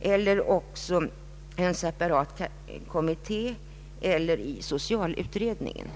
eller också av en separat kommitté eller i socialutredningen.